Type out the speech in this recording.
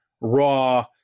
raw